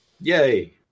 Yay